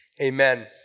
Amen